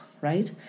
right